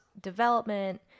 development